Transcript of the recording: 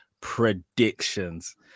predictions